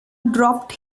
dropped